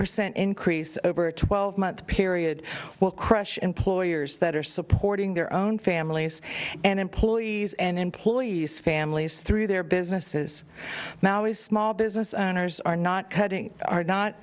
percent increase over a twelve month period well crush employers that are supporting their own families and employees and employees families through their businesses now is small business owners are not cutting are not